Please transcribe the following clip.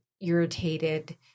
irritated